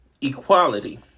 equality